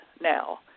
now